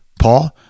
Paul